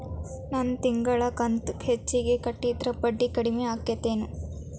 ನನ್ ತಿಂಗಳ ಕಂತ ಹೆಚ್ಚಿಗೆ ಕಟ್ಟಿದ್ರ ಬಡ್ಡಿ ಕಡಿಮಿ ಆಕ್ಕೆತೇನು?